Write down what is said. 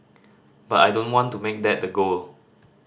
but I don't want to make that the goal